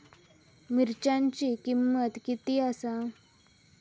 मिरच्यांची किंमत किती आसा?